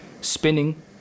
Spinning